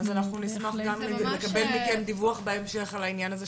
אז אנחנו נשמח לקבל מכם דיווח בהמשך על העניין הזה,